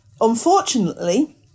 Unfortunately